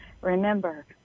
remember